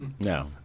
No